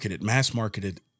mass-marketed